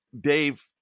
Dave